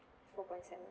four point seven